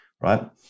Right